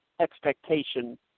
expectation